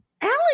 Alan